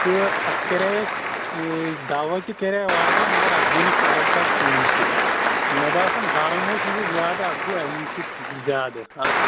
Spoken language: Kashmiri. تہٕ اَتھ کَرے اَسہِ دَوا تہِ کَرے واریاہ مگر اَتھ گٔے نہٕ فرق حظ کُنی سۭتۍ مےٚ باسان گرم اوس یِہُس زیادٕ اَتھ گوٚو اَمی سۭتۍ زیادٕ اَتھ